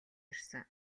ирсэн